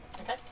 Okay